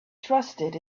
trusted